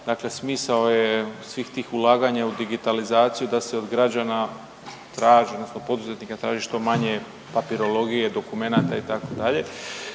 dakle smisao je svih tih ulaganja u digitalizaciju da se od građana traži odnosno poduzetnika traži što manje papirologije, dokumenta itd.,